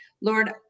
Lord